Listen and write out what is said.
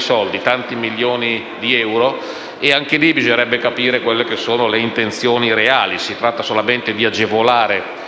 soldi, tanti milioni di euro. Anche in proposito bisognerebbe capire quali siano le intenzioni reali: si tratta solamente di agevolare